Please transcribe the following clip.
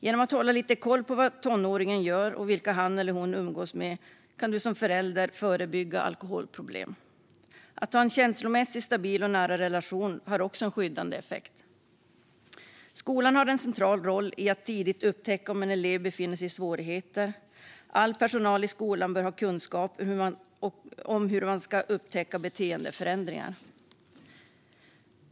Genom att hålla lite koll på vad tonåringen gör och vilka han eller hon umgås med kan du som förälder förebygga alkoholproblem. Att ha en känslomässigt stabil och nära relation har också en skyddande effekt. Skolan har en central roll i att tidigt upptäcka om en elev befinner sig i svårigheter. All personal i skolan bör ha kunskap om hur man ska upptäcka beteendeförändringar.